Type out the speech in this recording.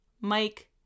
Mike